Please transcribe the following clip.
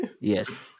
Yes